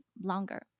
longer